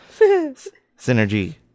Synergy